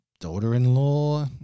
daughter-in-law